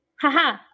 haha